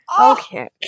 Okay